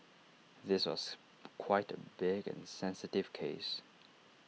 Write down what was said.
this was quite A big and sensitive case